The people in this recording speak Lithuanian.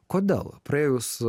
kodėl praėjus